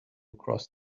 across